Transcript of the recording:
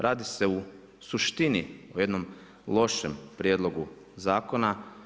Radi se u suštini o jednom lošem prijedlogu zakona.